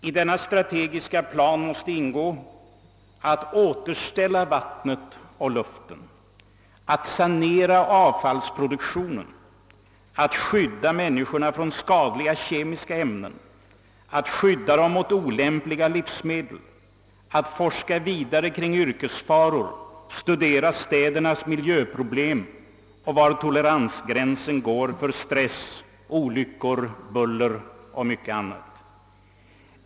I denna strategiska plan måste ingå att återställa vattnet och luften, att sanera avfallsproduktionen, att skydda människorna från skadliga kemiska ämnen och mot olämpliga livsmedel, att forska vidare kring yrkesfaror, studera städernas miljöproblem och var toleransgränsen går för stress, olyckor, buller och mycket annat.